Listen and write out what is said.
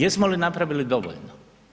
Jesmo li napravili dovoljno?